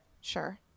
Sure